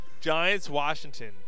Giants-Washington